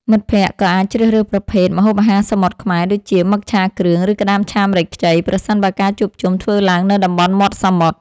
មិត្តភក្តិក៏អាចជ្រើសរើសប្រភេទ ម្ហូបអាហារសមុទ្រខ្មែរ ដូចជា មឹកឆាគ្រឿង ឬក្តាមឆាម្រេចខ្ចី ប្រសិនបើការជួបជុំធ្វើឡើងនៅតំបន់មាត់សមុទ្រ។